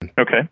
Okay